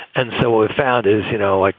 and so what we've found is, you know, like